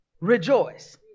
rejoice